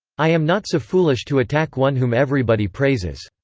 i am not so foolish to attack one whom everybody praises.